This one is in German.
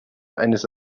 eines